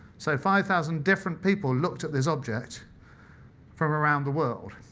so five thousand different people looked at this object from around the world.